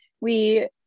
we-